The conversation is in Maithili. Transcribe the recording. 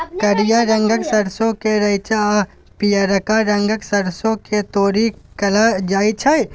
करिया रंगक सरसों केँ रैंचा आ पीयरका रंगक सरिसों केँ तोरी कहल जाइ छै